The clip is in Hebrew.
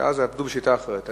אז עבדו בשיטה אחרת,